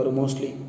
mostly